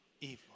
evil